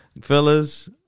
Fellas